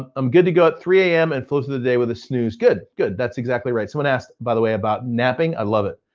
i'm good to go at three a m. and flow through the day with a snooze. good, good. that's exactly right. someone asked by the way about napping, i love it.